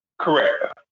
Correct